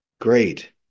Great